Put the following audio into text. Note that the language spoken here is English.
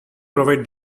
provide